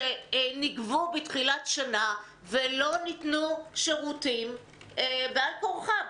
שנגבו בתחילת השנה ולא ניתנו שירותים בעל כורחם,